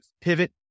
pivot